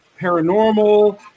paranormal